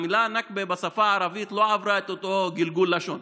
המילה "נכבה" בשפה הערבית לא עברה את אותו גלגול לשון.